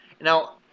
Now